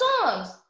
songs